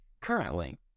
currently